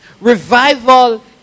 Revival